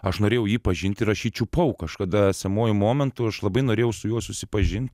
aš norėjau jį pažinti ir aš jį čiupau kažkada esamuoju momentu aš labai norėjau su juo susipažint